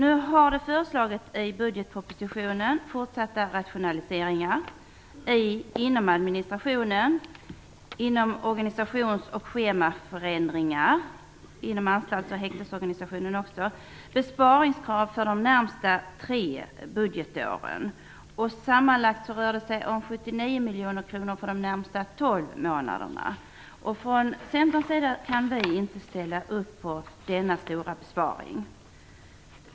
I budgetpropositionen föreslås nu fortsatta rationaliseringar inom administrationen samt organisations och schemaförändringar inom anstalts och häktesorganisationen. Det är besparingskrav för de närmaste tre budgetåren. Sammanlagt rör det sig om Från Centerns sida kan vi inte ställa upp på denna stora besparing.